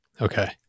Okay